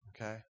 Okay